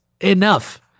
enough